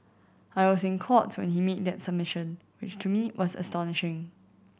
I was in Court when he made that submission which to me was astonishing